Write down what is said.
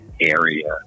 area